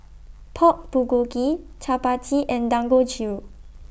Pork Bulgogi Chapati and Dangojiru